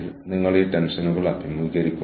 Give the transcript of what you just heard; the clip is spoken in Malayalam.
അല്ലെങ്കിൽ ഞാൻ മൂലകൾ മുറിക്കണോ